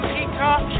Peacock